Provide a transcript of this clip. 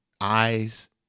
eyes